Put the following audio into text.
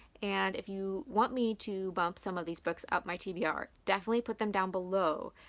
and if you want me to bump some of these books up my tbr definitely put them down below.